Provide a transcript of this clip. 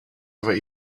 over